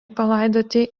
palaidoti